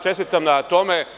Čestitam vam na tome.